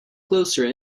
closer